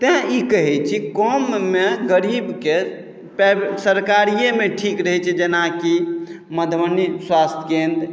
तैँ ई कहैत छी कममे गरीबके प्राइवे सरकारिएमे ठीक रहैत छै जेनाकि मधुबनी स्वास्थ्य केन्द्र